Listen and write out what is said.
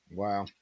wow